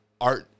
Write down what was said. art